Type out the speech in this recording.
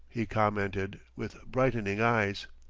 he commented, with brightening eyes.